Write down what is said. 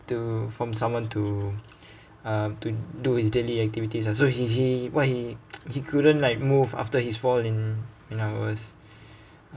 to from someone to uh to do his daily activities lah so he he what he he couldn't like move after his fall in when I was